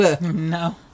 No